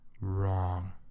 wrong